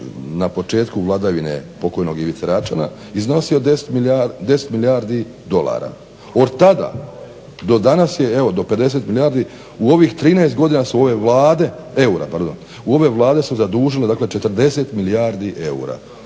na početku vladavine pokojnog Ivice Račana iznosio 10 milijardi dolara. Od tada do danas je evo do 50 milijardi eura u ovih 13 godina su ove vlade zadužile 40 milijardi eura.